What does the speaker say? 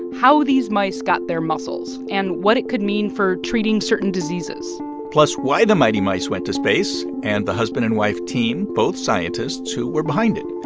how these mice got their muscles and what it could mean for treating certain diseases plus, why the mighty mice went to space, and the husband and wife team both scientists who were behind it.